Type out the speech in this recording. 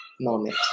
moment